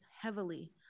heavily